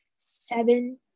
seven